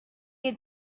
had